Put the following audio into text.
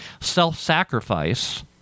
self-sacrifice